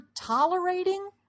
tolerating